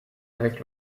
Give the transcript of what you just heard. avec